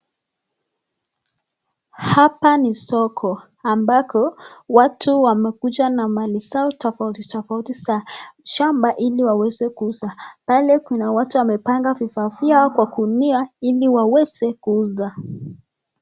Hapa ni soko ambako watu wamekuja na mali zao tofautitofauti za shamba ili waweze kuuza, pale kuna watu wamepanga vifaa vyao kwa gunia ili waweze kuuza.